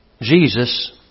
Jesus